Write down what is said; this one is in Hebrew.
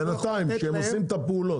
בינתיים, כשהם עושים את הפעולות.